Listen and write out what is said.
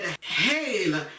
Hail